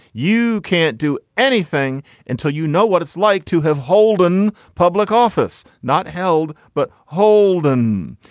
you can't do anything until you know what it's like to have hold in public office. not held, but hold and